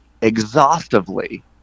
exhaustively